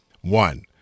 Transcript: one